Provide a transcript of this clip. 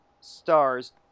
stars